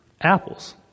apples